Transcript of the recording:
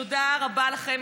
תודה רבה לכם,